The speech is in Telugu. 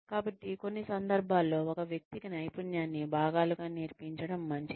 కాబట్టి కొన్ని సందర్భాల్లో ఒక వ్యక్తికి నైపుణ్యాన్ని భాగాలుగా నేర్పించడం మంచిది